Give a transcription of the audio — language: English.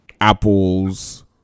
Apple's